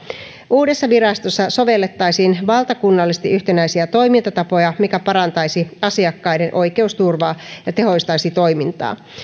uudessa virastossa sovellettaisiin valtakunnallisesti yhtenäisiä toimintatapoja mikä parantaisi asiakkaiden oikeusturvaa ja tehostaisi toimintaa